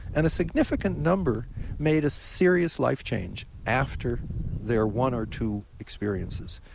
and a significant number made a serious life change after their one or two experiences.